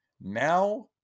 now